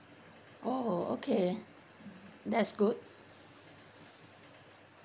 oh okay that's good